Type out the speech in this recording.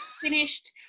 finished